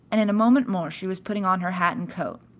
and in a moment more she was putting on her hat and coat.